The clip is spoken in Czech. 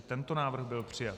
I tento návrh byl přijat.